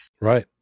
Right